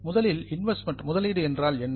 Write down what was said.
முதலில் இன்வெஸ்ட்மெண்ட் முதலீடு என்றால் என்ன